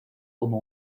como